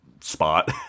spot